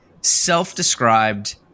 self-described